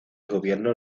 gobierno